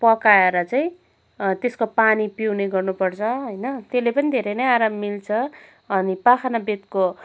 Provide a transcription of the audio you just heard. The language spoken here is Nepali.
पकाएर चाहिँ त्यसको पानी पिउने गर्नुपर्छ होइन त्यसले पनि धेरै आराम मिल्छ अनि पाखनबेतको